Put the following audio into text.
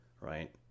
right